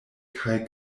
kaj